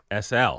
SL